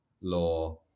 law